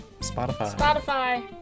Spotify